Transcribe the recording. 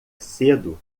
cedo